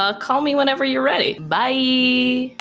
ah call me whenever you're ready. bye.